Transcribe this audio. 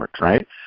right